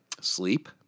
sleep